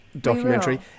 documentary